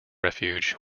refuge